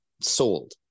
sold